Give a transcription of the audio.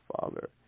Father